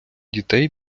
дітей